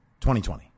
2020